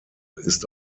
ist